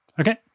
Okay